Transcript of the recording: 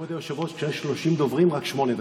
כבוד היושב-ראש, כשיש 30 דוברים, רק שמונה דקות.